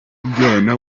umwana